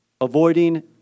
Avoiding